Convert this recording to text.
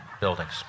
buildings